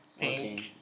Okay